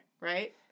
right